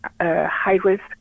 high-risk